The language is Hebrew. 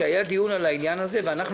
שהיה דיון על העניין הזה ואנחנו